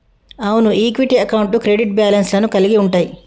అవును ఈక్విటీ అకౌంట్లు credit balance లను కలిగి ఉంటయ్యి